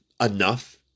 enough